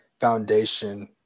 foundation